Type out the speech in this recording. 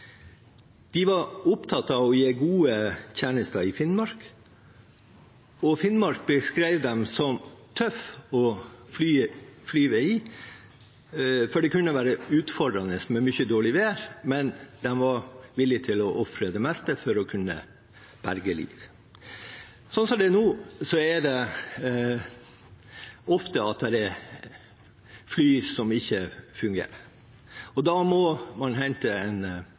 de trivdes godt der. De var opptatt av å gi gode tjenester i Finnmark. De beskrev Finnmark som tøft å fly i, for det kunne være utfordrende med mye dårlig vær, men de var villig til å ofre det meste for å berge liv. Som det er nå, er det ofte at fly ikke fungerer. Da må man